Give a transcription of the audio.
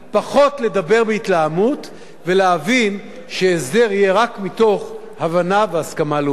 פחות לדבר בהתלהמות ולהבין שהסדר יהיה רק מתוך הבנה והסכמה לאומית.